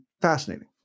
fascinating